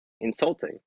insulting